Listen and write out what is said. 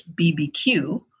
BBQ